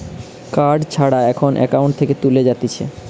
card ছাড়া এখন account থেকে তুলে যাতিছে